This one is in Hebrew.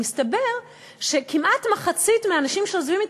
מסתבר שכמעט מחצית מהאנשים שעוזבים את